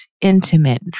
intimate